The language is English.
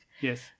Yes